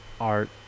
art